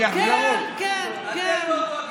כן, כן, כן.